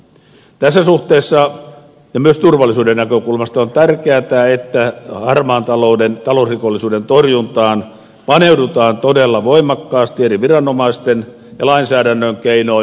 tässä suhteessa ja myös turvallisuuden näkökulmasta on tärkeätä että harmaan talouden talousrikollisuuden torjuntaan paneudutaan todella voimakkaasti eri viranomaisten ja lainsäädännön keinoin